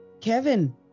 Kevin